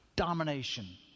Domination